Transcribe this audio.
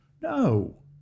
No